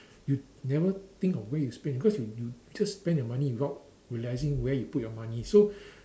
you never think of where you spent because you you just spend your money without realising where you put your money so